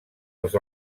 els